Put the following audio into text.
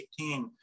2018